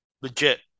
Legit